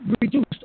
reduced